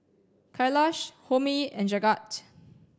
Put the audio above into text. Kailash Homi and Jagat